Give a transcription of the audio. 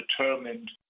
determined